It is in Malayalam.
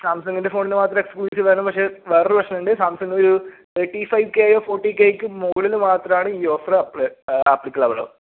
സാംസങ്ങിൻ്റെ ഫോണിന് മാത്രം എക്സ്ക്ലൂസീവായാലും പക്ഷേ വേറെയൊരു പ്രശ്നം ഉണ്ട് സാംസങ്ങ് ഒരു തേർട്ടി ഫൈ കേയോ ഫോർട്ടി കേയ്ക്കോ മുകളിൽ മാത്രമാണ് ഈ ഓഫർ അപ്ലൈ ആപ്ലിക്കബിൾ ആവുള്ളൂ